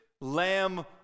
lamb